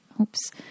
Oops